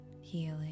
healing